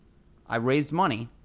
i raised money,